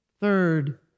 Third